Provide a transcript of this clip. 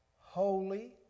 holy